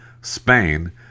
Spain